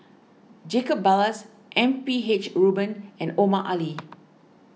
Jacob Ballas M P H Rubin and Omar Ali